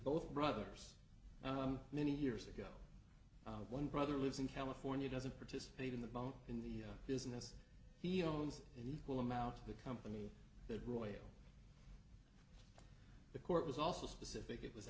both brothers many years ago one brother lives in california doesn't participate in the bone in the business he owns an equal amount of the company that royal the court was also specific it was